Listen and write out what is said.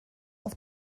auf